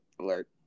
alert